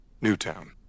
Newtown